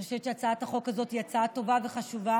אני חושבת שהצעת החוק הזאת היא הצעה טובה וחשובה.